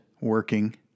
working